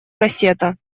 кассета